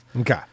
Okay